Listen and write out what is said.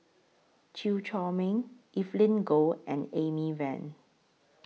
Chew Chor Meng Evelyn Goh and Amy Van